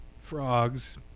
frogs